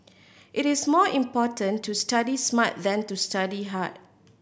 it is more important to study smart than to study hard